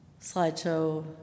slideshow